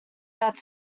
that